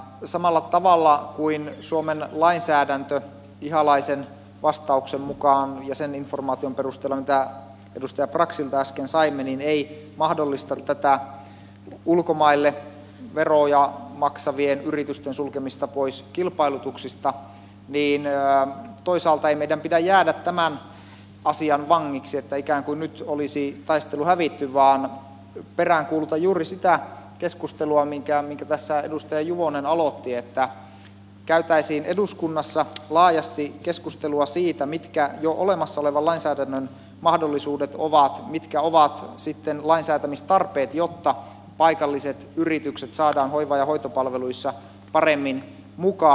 samalla tavalla kuin suomen lainsäädäntö ihalaisen vastauksen mukaan ja sen informaation perusteella mitä edustaja braxilta äsken saimme ei mahdollista tätä ulkomaille veroja maksavien yritysten sulkemista pois kilpailutuksista meidän ei toisaalta pidä jäädä tämän asian vangiksi ikään kuin nyt olisi taistelu hävitty vaan peräänkuulutan juuri sitä keskustelua minkä tässä edustaja juvonen aloitti että käytäisiin eduskunnassa laajasti keskustelua siitä mitkä jo olemassa olevan lainsäädännön mahdollisuudet ovat mitkä ovat sitten lainsäätämistarpeet jotta paikalliset yritykset saadaan hoiva ja hoitopalveluissa paremmin mukaan